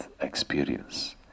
experience